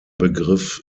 begriff